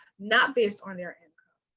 not based on their income,